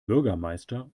bürgermeister